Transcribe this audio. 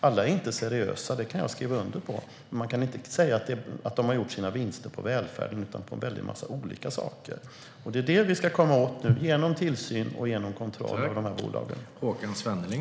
Alla är inte seriösa - det kan jag skriva under på - men man kan inte säga att de har gjort sina vinster bara på välfärden. Det ska vi nu komma åt genom tillsyn över och kontroll av dessa bolag.